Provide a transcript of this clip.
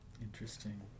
Interesting